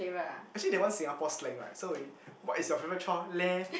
actually that one Singapore slang right so we what is your favourite chore leh